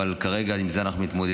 אבל כרגע עם זה אנחנו מתמודדים.